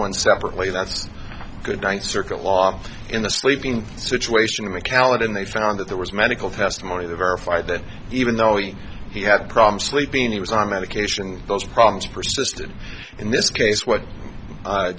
one separately that's good ninth circuit law in the sleeping situation of macallan and they found that there was medical testimony they verify that even though he he had problems sleeping he was on medication those problems persisted in this case what